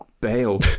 bail